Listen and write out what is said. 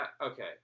Okay